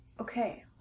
Okay